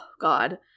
God